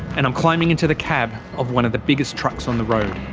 and i'm climbing into the cab of one of the biggest trucks on the road.